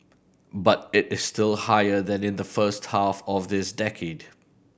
but it is still higher than in the first half of this decade